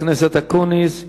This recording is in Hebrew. חבר הכנסת אקוניס,